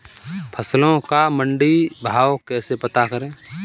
फसलों का मंडी भाव कैसे पता करें?